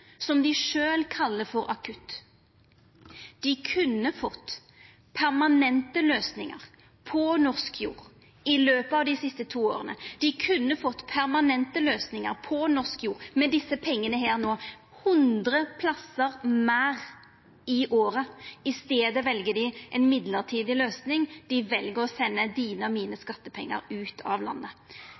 som dei sjølve kallar for akutt. Dei kunne fått permanente løysingar på norsk jord i løpet av dei siste to åra, dei kunne fått permanente løysingar på norsk jord med desse pengane her no – 100 plassar meir i året – i staden vel dei ei mellombels løysing. Dei vel å senda dine og mine skattepengar ut av landet.